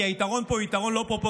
כי היתרון פה הוא יתרון לא פרופורציונלי.